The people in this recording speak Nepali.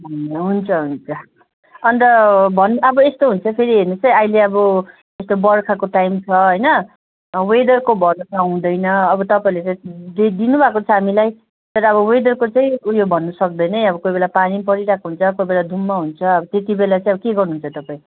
ए हुन्छ हुन्छ अन्त भन अब यस्तो हुन्छ फेरि हेर्नुहोस् है अहिले अब एस्तो बर्खाको टाइम छ होइन वेदरको भरोसा हुँदैन अब तपाईँहेरूले त डेट दिनुभएको छ हामीलाई तर अब वेदरको चाहिँ उयो भन्नु सक्दैनै अब कोही बेला पानी पनि परिरहेको हुन्छ कोही बेला धुम्म हुन्छ अब त्यति बेला चाहिँ अब के गर्नु हुन्छ तपाईँ